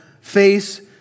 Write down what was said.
face